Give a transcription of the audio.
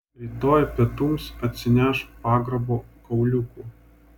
rytoj pietums atsineš pagrabo kauliukų